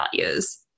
values